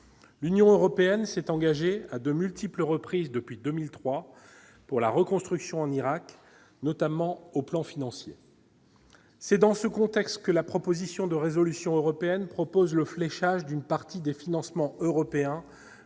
l'Union européenne s'est engagée à de multiples reprises depuis 2003 pour la reconstruction en Irak, notamment au plan financier. C'est dans ce contexte que la proposition de résolution européenne propose le fléchage d'une partie des financements européens